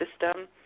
system